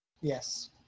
Yes